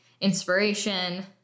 inspiration